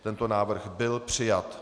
Tento návrh byl přijat.